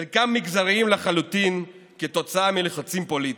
חלקם מגזריים לחלוטין כתוצאה מלחצים פוליטיים,